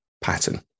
pattern